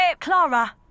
Clara